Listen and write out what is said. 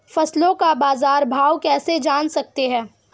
फसलों का बाज़ार भाव कैसे जान सकते हैं?